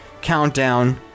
countdown